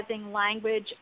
language